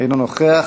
אינו נוכח.